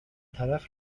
طرف